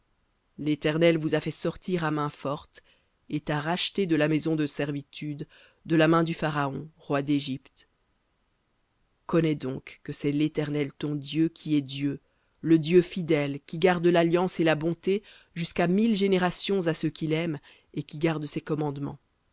l'éternel vous a fait sortir à main forte et t'a racheté de la maison de servitude de la main du pharaon roi dégypte connais donc que c'est l'éternel ton dieu qui est dieu le dieu fidèle qui garde l'alliance et la bonté jusqu'à mille générations à ceux qui l'aiment et qui gardent ses commandements